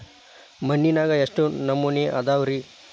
ಮಣ್ಣಿನಾಗ ಎಷ್ಟು ನಮೂನೆ ಅದಾವ ರಿ?